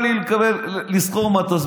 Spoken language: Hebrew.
בא לי לשכור מטוס,